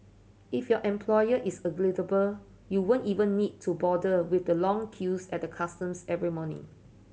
if your employer is agreeable you won't even need to bother with the long queues at the customs every morning